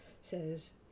says